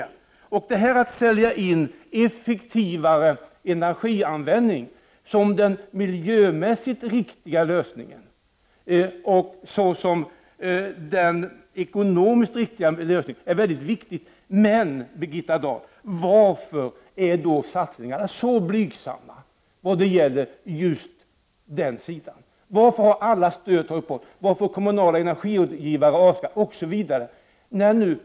Det är viktigt att föra fram en effektivare energianvändning som den miljömässigt och ekonomiskt riktiga lösningen, men, Birgitta Dahl, varför är satsningarna så blygsamma i just det avseendet? Varför har alla stöd tagits bort, varför har kommunala energirådgivare avskaffats osv?